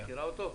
מכירה אותו?